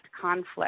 conflict